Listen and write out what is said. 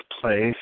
place